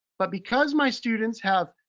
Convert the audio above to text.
but because my students have,